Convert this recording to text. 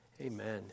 Amen